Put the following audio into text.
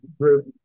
group